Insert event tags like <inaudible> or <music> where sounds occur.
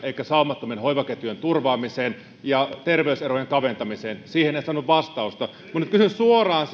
elikkä saumattomien hoivaketjujen turvaamiseen ja terveyserojen kaventamiseen siihen en saanut vastausta nyt kysyn suoraan <unintelligible>